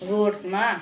रोडमा